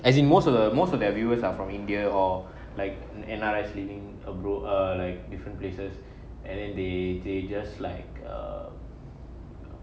as in most of the most of their viewers are from india or like N_R_I living uh like different places and then they just like err